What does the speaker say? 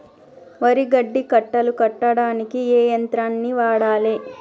వరి గడ్డి కట్టలు కట్టడానికి ఏ యంత్రాన్ని వాడాలే?